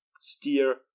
steer